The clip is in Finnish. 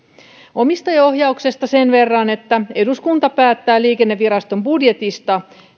omistajaohjauksesta sen verran että eduskunta päättää liikenneviraston budjetista